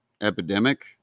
Epidemic